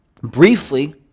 briefly